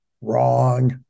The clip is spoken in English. Wrong